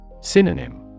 Synonym